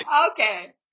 okay